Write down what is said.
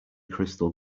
crystal